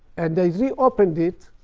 and they reopened it.